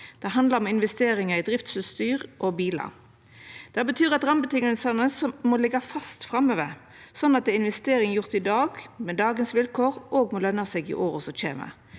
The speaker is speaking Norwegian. Det handlar om investeringar i driftsutstyr og bilar. Det betyr at rammevilkåra må liggja fast framover slik at ei investering gjort i dag med dagens vilkår òg må løna seg i åra som kjem.